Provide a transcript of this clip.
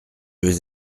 vais